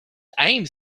aims